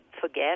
forget